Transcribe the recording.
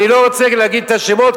אני לא רוצה להגיד את השמות,